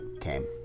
came